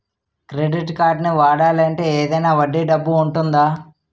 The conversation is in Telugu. క్రెడిట్ కార్డ్ని వాడాలి అంటే ఏదైనా వడ్డీ డబ్బు ఉంటుందా?